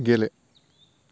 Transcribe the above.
गेले